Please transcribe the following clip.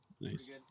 Nice